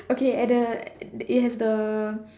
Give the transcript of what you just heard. okay at the it has the